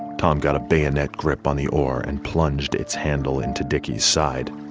tom got a bayonet grip on the ore and plunged its handle into dickie's side.